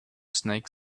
snake